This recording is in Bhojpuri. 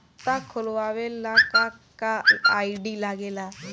खाता खोलवावे ला का का आई.डी लागेला?